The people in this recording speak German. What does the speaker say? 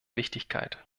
wichtigkeit